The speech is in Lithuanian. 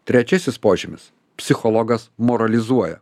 trečiasis požymis psichologas moralizuoja